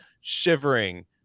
shivering